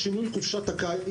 יש פה שינוי חופשת הקיץ,